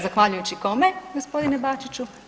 Zahvaljujući kome gospodine Bačiću?